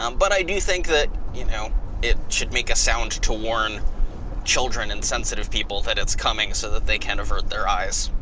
um but i do think you know it should make a sound to warn children and sensitive people that it's coming so that they can avert their eyes.